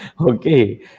okay